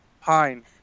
Pine